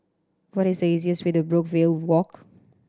what is the easiest way to Brookvale Walk